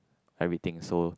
everything so